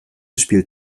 spielt